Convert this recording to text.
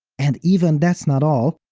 and even that's not all,